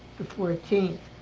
the fourteenth.